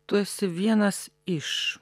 tu esi vienas iš